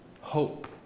Hope